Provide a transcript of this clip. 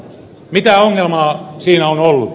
mitä ongelmaa siinä on ollut